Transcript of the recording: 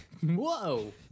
Whoa